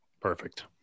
Perfect